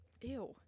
Ew